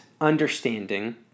understanding